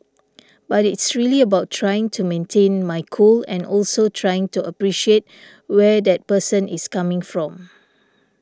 but it's really about trying to maintain my cool and also trying to appreciate where that person is coming from